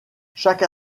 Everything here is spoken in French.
chaque